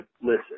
listen